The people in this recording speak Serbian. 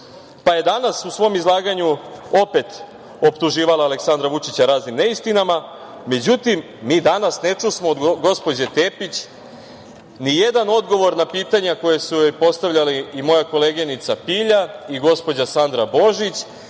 pa je danas u svom izlaganju opet optuživala Aleksandra Vučića raznim neistinama. Međutim, mi danas ne čusmo od gospođe Tepić nijedan odgovor na pitanja koja su joj postavljali i moja koleginica Pilja i gospođa Sandra Božić,